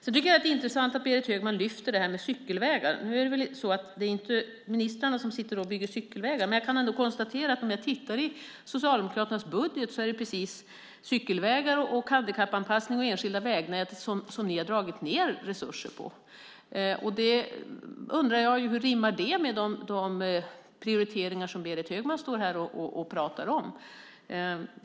Det är intressant att Berit Högman lyfter fram frågan om cykelvägar. Det är inte ministrarna som bygger cykelvägar, men när jag tittar i Socialdemokraternas budget kan jag ändå konstatera att det är just i fråga om cykelvägar, handikappanpassning och det enskilda vägnätet som ni har dragit ned resurserna. Jag undrar hur det rimmar med de prioriteringar som Berit Högman står här och talar om.